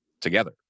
together